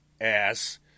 ass